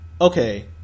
okay